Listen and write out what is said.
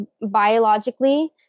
biologically